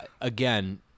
Again